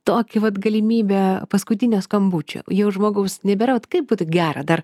tokį vat galimybę paskutinio skambučio jau žmogaus nebėra ot kaip būtų gera dar